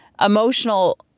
emotional